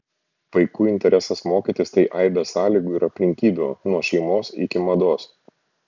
vaikų interesas mokytis tai aibė sąlygų ir aplinkybių nuo šeimos iki mados